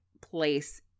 place